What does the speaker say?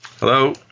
Hello